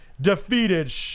defeated